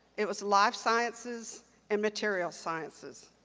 it was life sciences and material sciences,